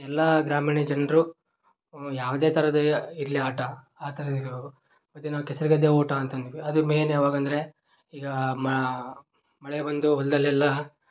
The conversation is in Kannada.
ಎಲ್ಲ ಗ್ರಾಮೀಣ ಜನರು ಯಾವುದೇ ಥರದ ಇರಲಿ ಆಟ ಆ ಥರ ಇರೋರು ಮತ್ತೆ ನಾವು ಕೆಸರು ಗದ್ದೆ ಓಟ ಅಂತ ಅಂದಿದ್ವಿ ಅದು ಮೇಯ್ನ್ ಯಾವಾಗೆಂದ್ರೆ ಈಗ ಮಳೆ ಬಂದು ಹೊಲದಲ್ಲೆಲ್ಲ